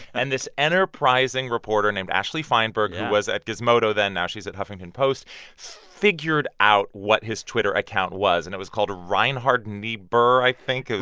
and this enterprising reporter named ashley feinberg who was at gizmodo then now she's at huffington post figured out what his twitter account was. and it was called reinhold niebuhr, i think, who